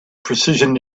precision